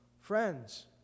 Friends